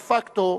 דה פקטו,